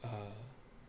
ah